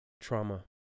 trauma